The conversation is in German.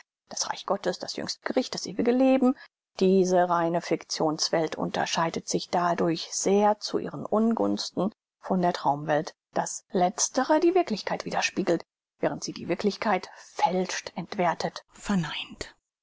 das reich gottes das jüngste gericht das ewige leben diese reine fiktions welt unterscheidet sich dadurch sehr zu ihren ungunsten von der traumwelt daß letztere die wirklichkeit wiederspiegelt während sie die wirklichkeit fälscht entwerthet verneint